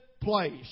place